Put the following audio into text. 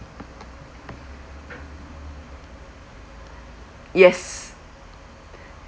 yes